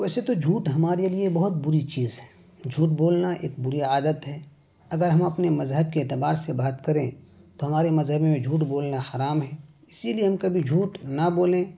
ویسے تو جھوٹ ہمارے لیے بہت بری چیز ہے جھوٹ بولنا ایک بری عادت ہے اگر ہم اپنے مذہب کے اعتبار سے بات کریں تو ہمارے مذہب میں جھوٹ بولنا حرام ہے اسی لیے ہم کبھی جھوٹ نہ بولیں